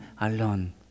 alone